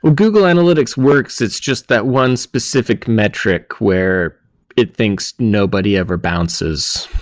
google analytics works. it's just that one specific metric where it thinks nobody ever bounces.